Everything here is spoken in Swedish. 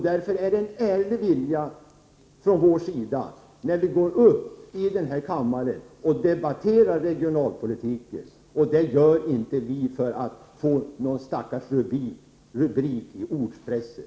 Därför är det en ärlig vilja från vår sida när vi går upp i denna talarstol och debatterar regionalpolitik. Det gör vi inte för att få någon rubrik i ortspressen.